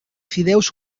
fideus